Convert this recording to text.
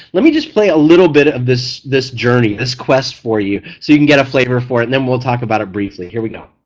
let me just play a little bit of this this journey, this quest for you so you can get a flavor for it and then we'll talk about it briefly. here we go